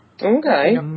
Okay